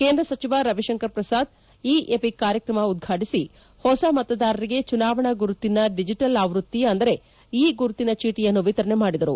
ಕೇಂದ್ರ ಸಚಿವ Ravishankar Prasad e EPIC ಕಾರ್ಯಕ್ರಮವನ್ನು ಉದ್ಘಾಟಿಸಿ ಹೊಸ ಮತದಾರರಿಗೆ ಚುನಾವಣಾ ಗುರುತಿನ ಡಿಜಿಟಲ್ ಆವೃತ್ತಿ ಅಂದರೆ ಇ ಗುರುತಿನ ಚೀಟಿಯನ್ನು ವಿತರಣೆ ಮಾಡಿದರು